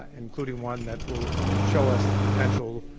ah including one that will show us the potential